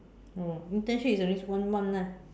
oh internship is only one month lah